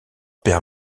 père